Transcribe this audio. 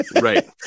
Right